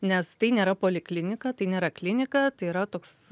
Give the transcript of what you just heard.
nes tai nėra poliklinika tai nėra klinika tai yra toks